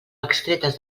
extretes